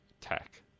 tech